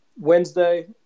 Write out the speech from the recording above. Wednesday